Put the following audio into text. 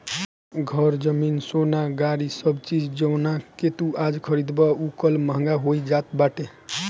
घर, जमीन, सोना, गाड़ी सब चीज जवना के तू आज खरीदबअ उ कल महंग होई जात बाटे